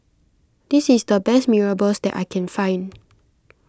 this is the best Mee Rebus that I can find